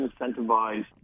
incentivize